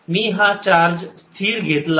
मी हा चार्ज स्थिर घेतला आहे